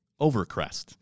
Overcrest